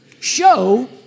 show